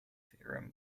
theorem